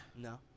No